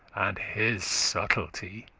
and his subtilty.